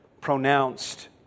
pronounced